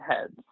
heads